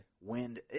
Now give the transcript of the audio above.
wind